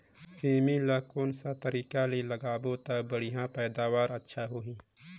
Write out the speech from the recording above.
सेमी ला कोन सा तरीका ले लगाबो ता बढ़िया पैदावार अच्छा होही?